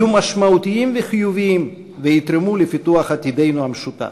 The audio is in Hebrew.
יהיו משמעותיים וחיוביים ויתרמו לפיתוח עתידנו המשותף.